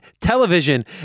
television